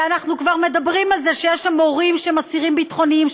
ואנחנו כבר מדברים על זה שיש שם מורים שהם אסירים ביטחוניים,